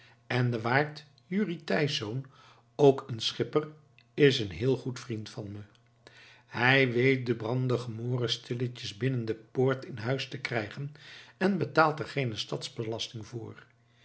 en de waard jurrie thysz ook een schipper is een heel goed vriend van me hij weet den brangdemoris stilletjes binnen de poort in huis te krijgen en betaalt er geene stadsbelasting voor